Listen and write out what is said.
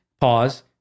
Pause